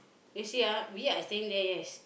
you see ah we are staying there yes